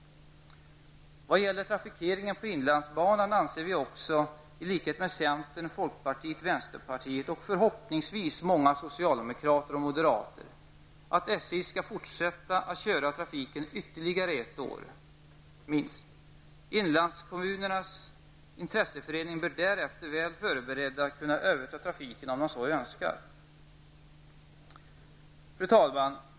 Vad gäller trafikeringen på inlandsbanan anser vi också, i likhet med centern, folkpartiet, vänsterpartiet och förhoppningsvis många socialdemokrater och moderater, att SJ skall fortsätta att köra trafiken ytterligare ett år, minst. Inlandskommunernas intresseförening bör därefter, väl förberedd, kunna överta trafiken om den så önskar. Fru talman!